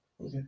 Okay